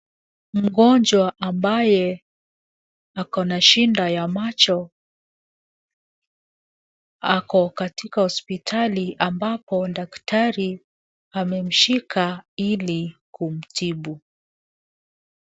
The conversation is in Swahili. Mgonjwa ambaye ako na shida ya macho ako katika hospitali ambapo daktari amemshika ili kumtibu.